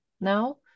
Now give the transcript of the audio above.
now